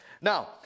Now